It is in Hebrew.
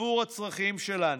עבור הצרכים שלנו.